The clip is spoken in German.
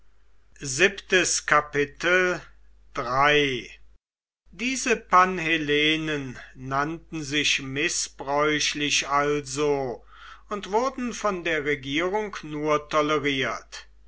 diese panhellenen nannten sich mißbräuchlich also und wurden von der regierung nur toleriert